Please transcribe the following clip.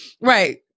right